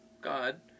God